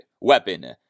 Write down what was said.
weapon